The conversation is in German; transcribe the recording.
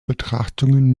betrachtungen